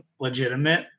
Legitimate